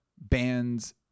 bands